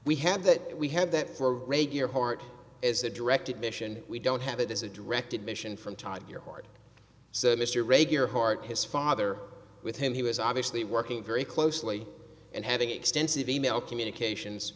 we had that we had that for regular heart as a direct admission we don't have it is a direct admission from top of your heart so mr regular heart his father with him he was obviously working very closely and having extensive e mail communications